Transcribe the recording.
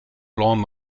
blanc